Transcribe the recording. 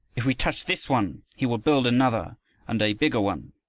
if we touch this one he will build another and a bigger one,